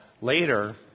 later